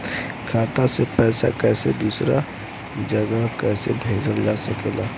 खाता से पैसा कैसे दूसरा जगह कैसे भेजल जा ले?